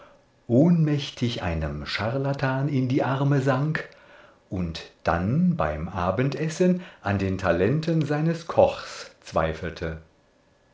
ohnmächtig einem charlatan in die arme sank und dann beim abendessen an den talenten seines kochs zweifelte